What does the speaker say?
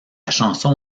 chanson